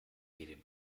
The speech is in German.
jedem